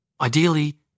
Ideally